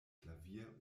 klavier